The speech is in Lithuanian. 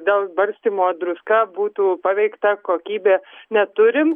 dėl barstymo druska būtų paveikta kokybės neturim